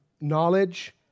knowledge